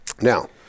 Now